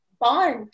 bond